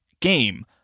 game